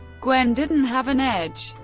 gwen didn't have an edge.